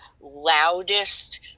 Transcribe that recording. loudest